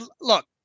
look